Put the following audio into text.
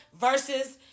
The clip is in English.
versus